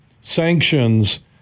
sanctions